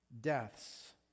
deaths